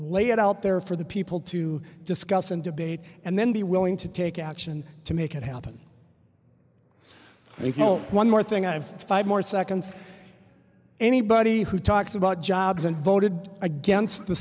it out there for the people to discuss and debate and then be willing to take action to make it happen one more thing i have five more seconds anybody who talks about jobs and voted against the